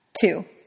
Two